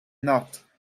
not